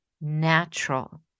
natural